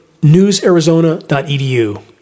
newsarizona.edu